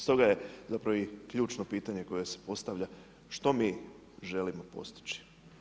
Stoga je zapravo i ključno pitanje koje se postavlja što mi želimo postići?